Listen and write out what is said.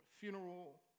funeral